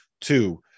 Two